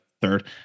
third